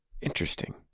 Interesting